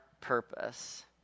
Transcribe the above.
purpose